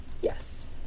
Yes